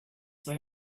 were